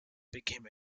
became